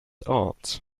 aunts